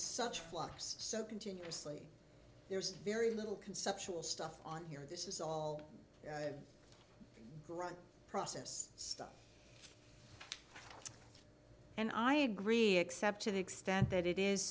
such flux so continuously there's very little conceptual stuff on here this is all grunt process stuff and i agree except to the extent that it is